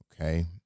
Okay